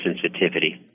sensitivity